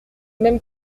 même